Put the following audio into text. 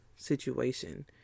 situation